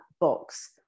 box